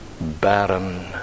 barren